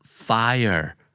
Fire